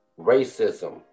racism